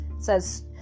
Says